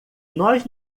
nós